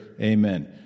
amen